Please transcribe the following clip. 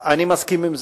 אני מסכים עם זה.